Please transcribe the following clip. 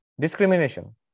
discrimination